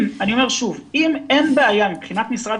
אני אומר שוב: אם אין בעיה מבחינת משרד